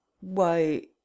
Why